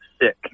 sick